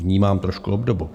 Vnímám trošku obdobu.